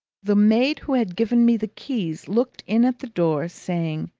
the maid who had given me the keys looked in at the door, saying,